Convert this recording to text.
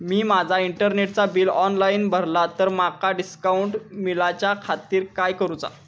मी माजा इंटरनेटचा bill online भरला तर माका डिस्काउंट मिलाच्या खातीर काय करुचा?